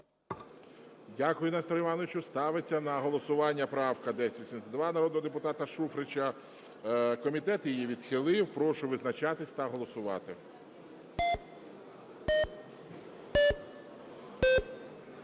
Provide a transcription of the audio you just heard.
Дякую, Несторе Івановичу. Ставиться на голосування правка 1072 народного депутата Шуфрича. Комітет її відхилив. Прошу визначатись та голосувати.